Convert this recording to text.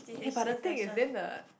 eh but the thing is then the